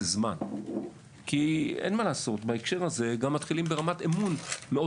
כי המצב הוא שמתחילים בנקודה של רמת אמון מאוד